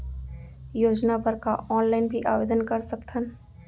योजना बर का ऑनलाइन भी आवेदन कर सकथन?